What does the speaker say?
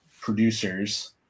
producers